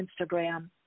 Instagram